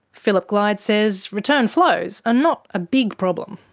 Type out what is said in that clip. phillip glyde says return flows are not a big problem.